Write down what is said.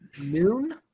noon